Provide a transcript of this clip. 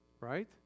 right